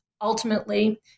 ultimately